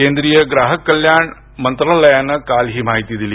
केंद्रीय ग्राहक कल्याण मंत्रालायान काल ही माहिती दिली